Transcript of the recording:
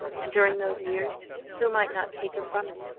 and during those years who might not take her from him?